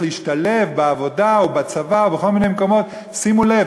להשתלב בעבודה ובצבא ובכל מיני מקומות: שימו לב,